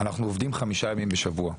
אנחנו עובדים חמישה ימים בשבוע,